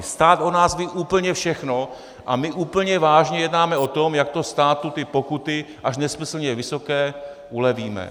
Stát o nás ví úplně všechno a my úplně vážně jednáme o tom, jak státu ty pokuty, až nesmyslně vysoké, ulevíme.